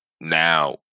now